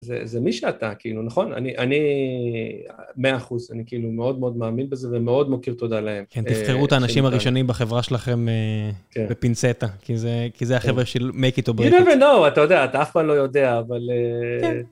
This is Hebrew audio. זה מי שאתה, כאילו, נכון? אני מאה אחוז, אני כאילו מאוד מאוד מאמין בזה ומאוד מוכיר תודה להם. כן, תבחרו את האנשים הראשונים בחברה שלכם בפינצטה, כי זה החבר'ה של מייק איט אור ברייק איט. You never know, אתה יודע, אתה אף פעם לא יודע, אבל...